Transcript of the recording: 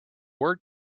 word